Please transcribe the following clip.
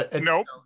Nope